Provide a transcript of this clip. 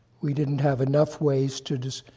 we didn't have enough ways to do this.